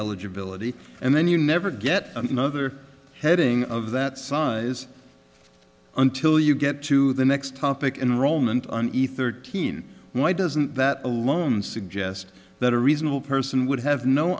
eligibility and then you never get another heading of that size until you get to the next topic in roman ether teen why doesn't that alone suggest that a reasonable person would have no